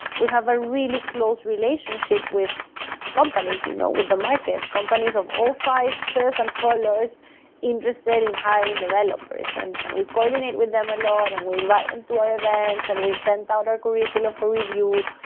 we have a really close relationship with companies, you know with the market. companies of all sizes and colors interested in hiring developers and and we coordinate with them a lot and we invite them to our events and we sent out our curriculum for review.